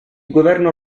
governo